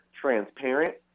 transparent